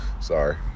sorry